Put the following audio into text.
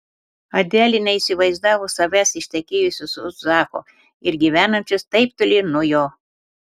adelė neįsivaizdavo savęs ištekėjusios už zako ir gyvenančios taip toli nuo jo